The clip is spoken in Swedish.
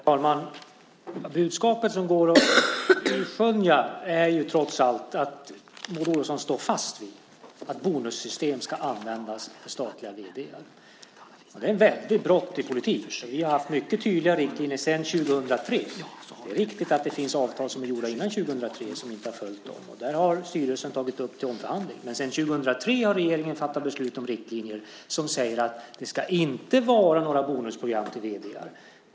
Herr talman! Budskapet som kan skönjas är, trots allt, att Maud Olofsson står fast vid att bonussystem ska användas för statliga vd:ar. Det är ett väldigt brott i politiken. Vi har haft tydliga riktlinjer sedan 2003. Det är riktigt att det finns avtal ingångna före 2003 som inte har följt dessa riktlinjer. Där har styrelsen tagit upp avtalen till omförhandling. Men 2003 fattade regeringen beslut om riktlinjer som säger att det inte ska vara några bonusprogram till vd:ar.